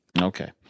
Okay